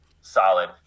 solid